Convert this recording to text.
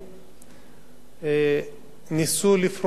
ניסו לפרוס את החוב של הערוץ.